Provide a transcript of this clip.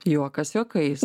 juokas juokais